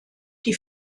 die